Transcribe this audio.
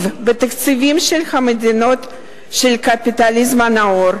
בתקציבים של המדינות של הקפיטליזם הנאור.